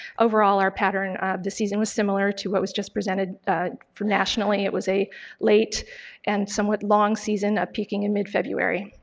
overall, our pattern of the season was similar to what was just presented for nationally. it was a late and somewhat long season, peaking in mid-february.